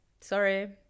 sorry